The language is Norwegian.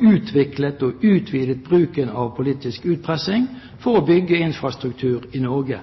utviklet og utvidet bruken av politisk utpressing for å bygge infrastruktur i Norge.